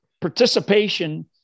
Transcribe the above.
participation